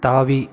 தாவி